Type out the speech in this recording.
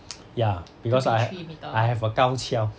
ya because I I have a 高跷